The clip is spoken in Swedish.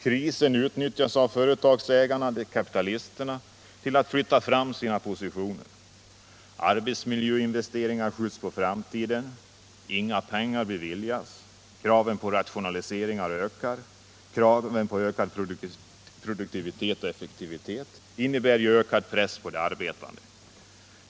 Krisen utnyttjas av företagsägarna — kapitalisterna — till att flytta fram sina positioner. Arbetsmiljöinvesteringar skjuts på framtiden. Inga pengar beviljas. Kraven på rationaliseringar ökar. Kraven på ökad produktivitet och effektivitet innebär ökad press på de arbetande.